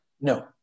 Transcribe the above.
No